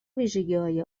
ویژگیهای